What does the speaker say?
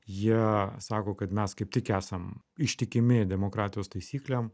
jie sako kad mes kaip tik esam ištikimi demokratijos taisyklėm